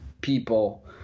people